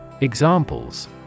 Examples